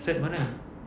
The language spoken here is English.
cert mana